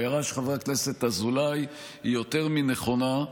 ההערה של חבר הכנסת אזולאי היא יותר מנכונה,